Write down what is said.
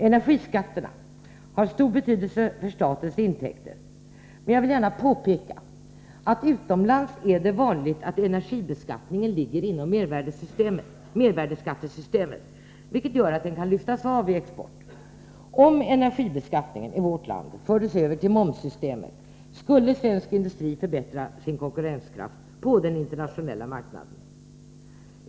Energiskatterna har stor betydelse för statens intäkter, men jag vill gärna påpeka att det utomlands är vanligt att energibeskattningen ligger inom mervärdeskattesystemet, vilket gör att den kan ”lyftas av” vid export. Om energibeskattningen i vårt land fördes över till momssystemet skulle svensk industri förbättra sin konkurrenskraft på den internationella marknaden.